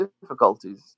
difficulties